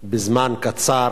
בזמן קצר